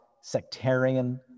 sectarian